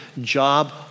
job